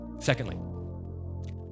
Secondly